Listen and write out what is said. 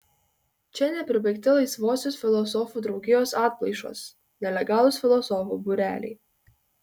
čia nepribaigti laisvosios filosofų draugijos atplaišos nelegalūs filosofų būreliai